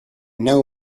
know